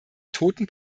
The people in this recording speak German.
toten